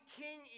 king